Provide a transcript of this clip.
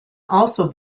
also